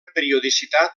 periodicitat